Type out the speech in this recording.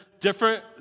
different